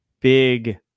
big